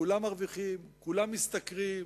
כולם מרוויחים, כולם משתכרים,